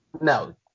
No